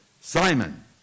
Simon